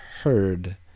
heard